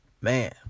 man